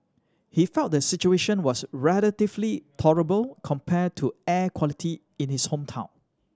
he felt the situation was relatively tolerable compare to air quality in his hometown